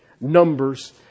Numbers